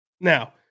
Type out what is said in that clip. Now